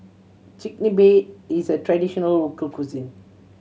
chigenabe is a traditional local cuisine